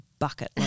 Bucket